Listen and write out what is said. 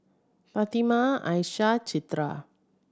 Fatimah Aisyah Citra